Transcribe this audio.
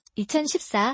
2014